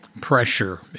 pressure